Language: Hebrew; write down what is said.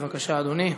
בבקשה, אדוני.